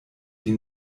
die